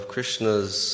Krishna's